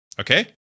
Okay